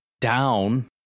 down